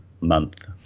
month